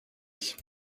ich